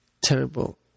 terrible